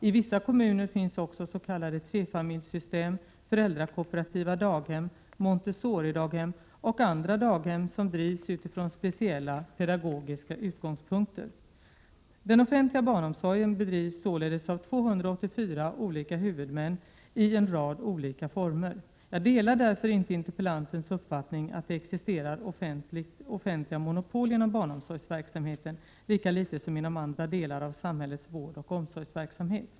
I vissa kommuner finns också s.k. trefamiljssystem, föräldrakooperativa daghem, Montessoridaghem och andra daghem som drivs utifrån speciella pedagogiska utgångspunkter. Den offentliga barnomsorgen drivs således av 284 olika huvudmän i en rad olika former. Jag delar inte interpellantens uppfattning att det existerar offentliga monopol inom barnomsorgsverksamheten lika litet som inom andra delar av samhällets vårdoch omsorgsverksamhet.